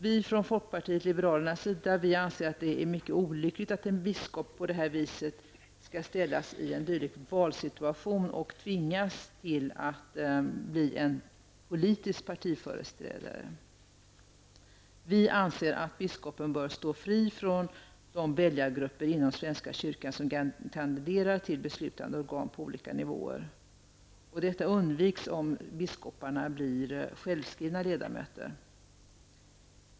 Vi från folkpartiet liberalerna anser att det är mycket olyckligt att en biskop på detta sätt ställs i en dylik valsituation och tvingas bli en politisk företrädare. En biskop bör stå fri från de väljargrupper inom svenska kyrkan som kandiderar till beslutade organ på olika nivåer. Detta undviks om biskoparna blir självskrivna ledamöter.